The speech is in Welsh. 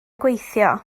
gweithio